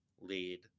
lead